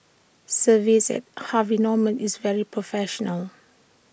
service at Harvey Norman is very professional